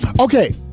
Okay